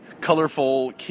colorful